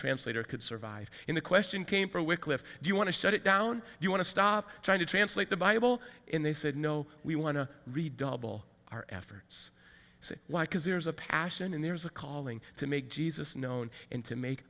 translator could survive in the question came for wycliffe do you want to shut it down you want to stop trying to translate the bible and they said no we want to redouble our efforts see why because there's a passion and there's a calling to make jesus known and to make